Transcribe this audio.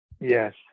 Yes